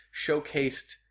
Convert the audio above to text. showcased